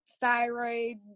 thyroid